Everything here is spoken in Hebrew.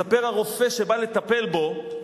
מספר הרופא שבא לטפל בו: